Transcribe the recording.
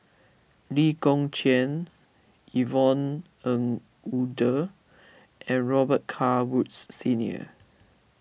Lee Kong Chian Yvonne Ng Uhde and Robet Carr Woods Senior